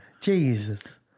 Jesus